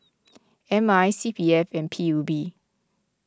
M I C P F and P U B